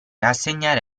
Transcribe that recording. assegnare